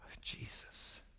Jesus